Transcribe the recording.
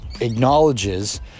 acknowledges